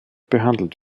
behandelt